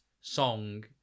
song